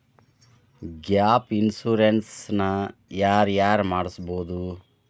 Gap insurance ನ ಯಾರ್ ಯಾರ್ ಮಡ್ಸ್ಬೊದು?